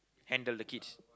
handle the kids